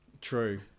True